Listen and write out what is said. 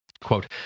Quote